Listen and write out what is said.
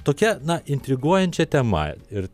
tokia na intriguojančia tema ir